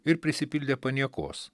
ir prisipildė paniekos